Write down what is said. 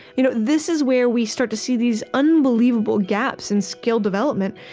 you know this is where we start to see these unbelievable gaps in skill development,